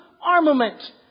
armament